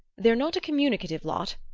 they're not a communicative lot.